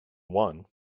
one